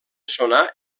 sonar